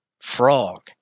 frog